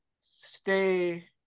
stay